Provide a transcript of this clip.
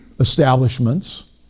establishments